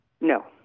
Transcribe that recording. No